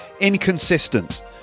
Inconsistent